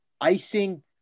icing